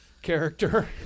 character